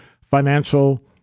financial